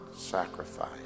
sacrifice